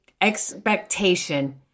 expectation